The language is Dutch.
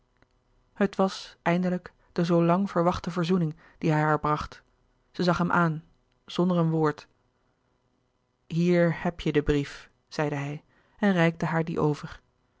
het was eindelijk de zoo lang verwachte verzoening die hij haar bracht zij zag hem aan zonder een woord hier heb je den brief zeide hij en reikte haar dien over